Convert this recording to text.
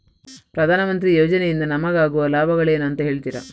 ಪ್ರಧಾನಮಂತ್ರಿ ಯೋಜನೆ ಇಂದ ನಮಗಾಗುವ ಲಾಭಗಳೇನು ಅಂತ ಹೇಳ್ತೀರಾ?